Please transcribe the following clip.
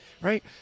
right